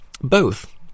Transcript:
Both